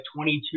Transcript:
22